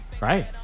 Right